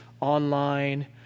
online